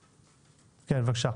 בבקשה.